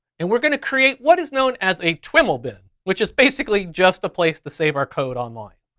and we're gonna create what is known as a twiml bin, which is basically just a place to save our code online.